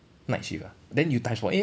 night shift ah then you times point eight eh